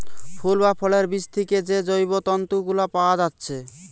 ফুল বা ফলের বীজ থিকে যে জৈব তন্তু গুলা পায়া যাচ্ছে